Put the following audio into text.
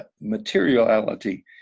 materiality